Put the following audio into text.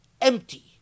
empty